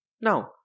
Now